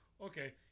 okay